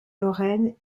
lorraine